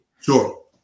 Sure